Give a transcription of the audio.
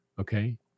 okay